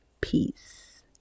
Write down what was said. peace